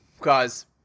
guys